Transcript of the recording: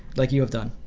like you have done.